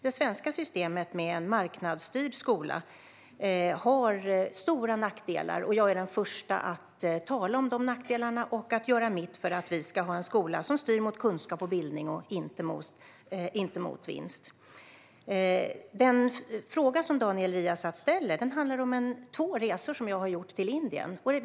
Det svenska systemet med en marknadsstyrd skola har stora nackdelar, och jag är den första att tala om dessa nackdelar och göra mitt för att vi ska ha en skola som styr mot kunskap och bildning och inte mot vinst. Den fråga Daniel Riazat ställer handlar om två resor till Indien som jag har gjort.